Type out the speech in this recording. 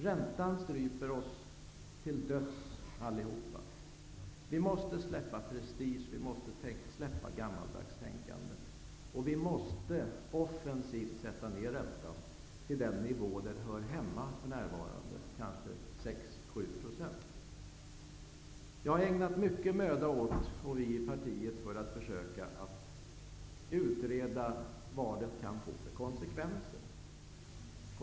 Räntan stryper oss till döds allihop. Vi måste släppa på prestigen, och vi måste släppa gammaldags tänkande. Vi måste offensivt sätta ner räntan till den nivå där den hör hemma för närvarande, kanske 6-7 % Vi i partiet har ägnat mycket möda åt att försöka utreda vad det kan få för konsekvenser.